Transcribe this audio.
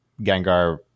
Gengar